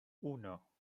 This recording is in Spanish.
uno